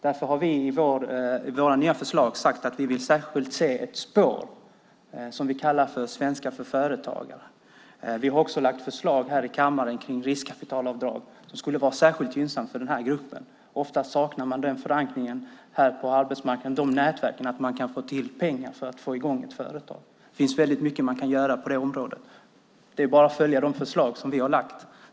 Därför har vi i vårt nya förslag sagt att vi särskilt vill se ett spår som vi kallar Svenska för företagare. Vi har också lagt fram förslag i kammaren om riskkapitalavdrag, vilket skulle vara särskilt gynnsamt för denna grupp. Ofta saknar man den förankring och de nätverk på arbetsmarknaden som gör att man kan få till pengar för att få i gång ett företag. Det finns mycket vi kan göra på detta område. Det är bara att följa de förslag vi har lagt fram.